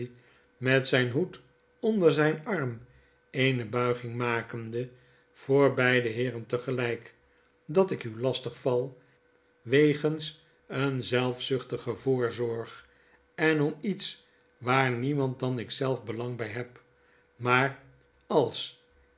met zijn hoed onder zijn arm eene buiging makende voor beide heeren tegelijk dat ik u lastigval wegens een zelfzuchtige voorzorg en m iets waar niemand dan ik zelf belang bij heb maar als